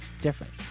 Different